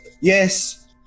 yes